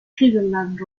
cleveland